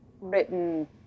written